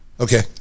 Okay